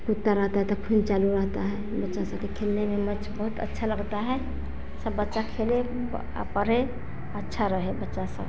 कूदता रहता है त खून चालू रहता है बच्चा सब के खेलने में मैच बहुत अच्छा लगता है सब बच्चा खेले परे अच्छा रहे बच्चा सब